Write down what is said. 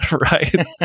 right